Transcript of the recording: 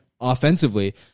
offensively